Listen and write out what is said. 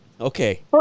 Okay